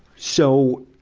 so,